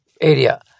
area